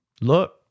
look